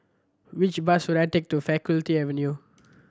which bus should I take to Faculty Avenue